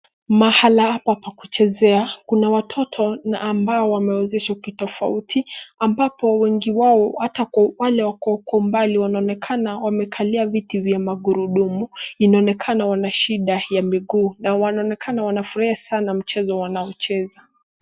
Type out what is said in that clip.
Mahala hapa pa kuchezea, kuna watoto na ambao wamewezeshwa kitofauti ambapo wengi wao hata wale wako kwa umbali wanaonekana wamekalia viti vya magurudumu. Inaonekana wana shida ya miguu na wanaonekana wanafurahia sana mchezo wanaocheza.